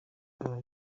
baba